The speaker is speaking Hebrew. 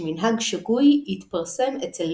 שמנהג שגוי יתפרסם אצל